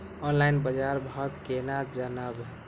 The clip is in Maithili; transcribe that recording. ऑनलाईन बाजार भाव केना जानब?